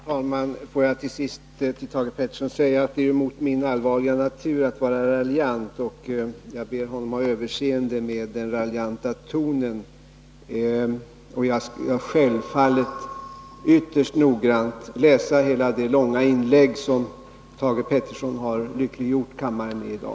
Herr talman! Får jag till sist säga till Thage Peterson att det är mot min allvarliga natur att vara raljant. Jag ber honom ha överseende med den raljanta tonen. Självfallet skall jag ytterst noggrant läsa hela det långa inlägg som Thage Peterson har lyckliggjort kammaren med i dag.